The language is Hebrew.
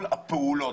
כל הפעולות,